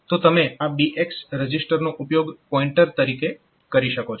તો તમે આ BX રજીસ્ટરનો ઉપયોગ પોઈન્ટર તરીકે કરી શકો છો